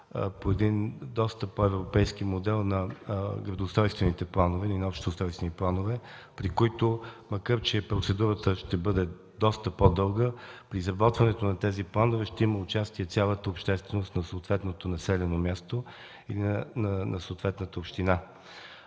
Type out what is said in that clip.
по един доста по-европейски модел на градоустройствените планове и на общите устройствени планове при които, макар че процедурата ще бъде доста по-дълга, при изработването на тези планове ще има участие цялата общественост на съответното населено място и на съответната община.